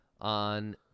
on